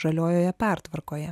žaliojoje pertvarkoje